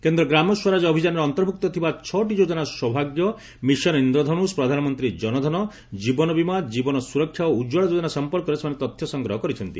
କେନ୍ଦ ଗ୍ରାମ ସ୍ୱରାଜ ଅଭିଯାନରେ ଅନ୍ତର୍ଭୁକ୍ତ ଥିବା ଛଅଟି ଯୋଜନା ସୌଭାଗ୍ୟ ମିଶନ ଇନ୍ଦ୍ରଧନୁଷ ପ୍ରଧାନମନ୍ତୀ ଜନଧନ ଜୀବନବୀମା ଜୀବନ ସୁରକ୍ଷା ଓ ଉଜ୍ୱଳା ଯୋଜନା ସମ୍ମର୍କରେ ସେମାନେ ତଥ୍ୟ ସଂଗ୍ରହ କରିଛନ୍ତି